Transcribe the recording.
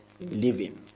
living